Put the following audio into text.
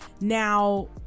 now